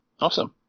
Awesome